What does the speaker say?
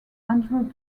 andrew